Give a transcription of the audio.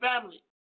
family